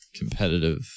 competitive